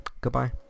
Goodbye